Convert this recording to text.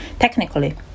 technically